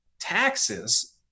taxes